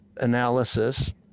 analysis